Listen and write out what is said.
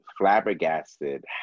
Flabbergasted